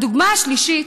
הדוגמה השלישית: